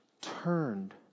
Turned